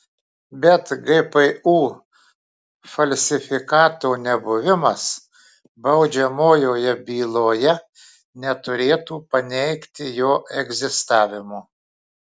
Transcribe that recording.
bet gpu falsifikato nebuvimas baudžiamojoje byloje neturėtų paneigti jo egzistavimo